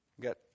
Get